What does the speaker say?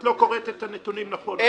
את לא קוראת את הנתונים נכון.